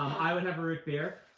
i would have a root beer.